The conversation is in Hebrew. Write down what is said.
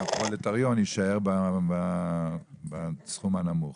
יישארו בסכום הנמוך.